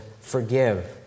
forgive